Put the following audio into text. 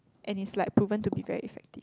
and it's like proven to be very effective